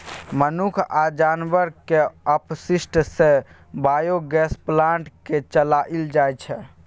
मनुख आ जानबरक अपशिष्ट सँ बायोगैस प्लांट केँ चलाएल जाइ छै